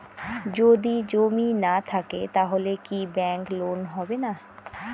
যদি জমি না থাকে তাহলে কি ব্যাংক লোন হবে না?